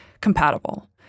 compatible